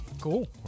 Cool